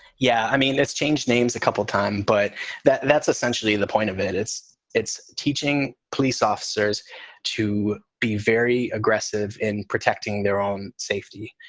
yeah. i mean, that's changed names a couple of times, but that's essentially the point of it. it's it's teaching police officers to be very aggressive in protecting their own safety.